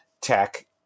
tech